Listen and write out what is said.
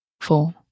four